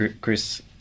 Chris